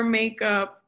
makeup